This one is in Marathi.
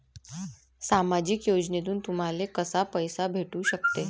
सामाजिक योजनेतून तुम्हाले कसा पैसा भेटू सकते?